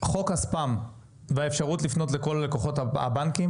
חוק הספאם והאפשרות לפנות לכל לקוחות הבנקים